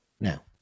now